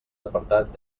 apartat